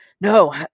no